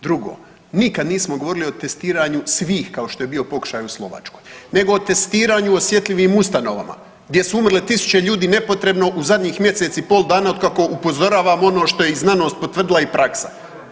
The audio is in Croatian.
Drugo, nikad nismo govorili o testiranju svih kao što je bio pokušaj u Slovačkoj, nego o testiranju osjetljivim ustanovama gdje su umrle tisuće ljudi nepotrebno u zadnjih mjesec i pol dana otkako upozoravamo ono što je i znanost potvrdila i praksa.